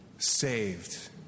Saved